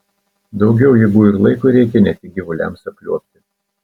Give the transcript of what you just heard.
daugiau jėgų ir laiko reikia ne tik gyvuliams apliuobti